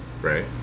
Right